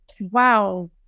Wow